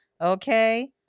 okay